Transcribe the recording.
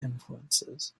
influences